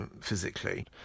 physically